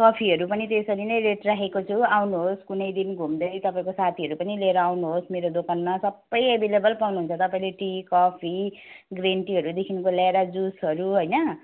कफीहरू पनि त्यसरी नै रेट राखेको छु आउनुहोस् कुनै दिन घुम्दै तपाईँको साथीहरू पनि लिएर आउनुहोस् मेरो दोकानमा सबै एभाइलेबल पाउनुहुन्छ तपाईँले टी कफी ग्रिन टीहरूदेखिको लिएर जुसहरू होइन